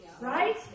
Right